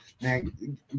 Man